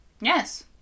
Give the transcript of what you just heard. Yes